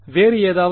வேறு எதாவது